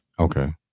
Okay